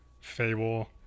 Fable